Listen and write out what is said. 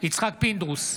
יצחק פינדרוס,